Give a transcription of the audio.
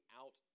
out